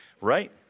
right